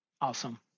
Awesome